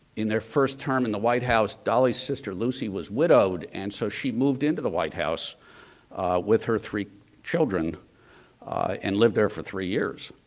in their first term in the white house, dolley's sister lucy was widowed and so she moved into the white house with her three children and lived there for three years.